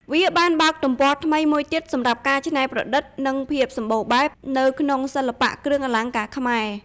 វាបានបើកទំព័រថ្មីមួយទៀតសម្រាប់ការច្នៃប្រឌិត និងភាពសម្បូរបែបនៅក្នុងសិល្បៈគ្រឿងអលង្ការខ្មែរ។